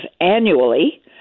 annually